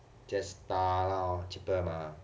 jetstar lor cheaper mah